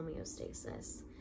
homeostasis